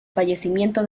fallecimiento